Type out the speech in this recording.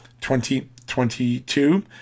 2022